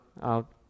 out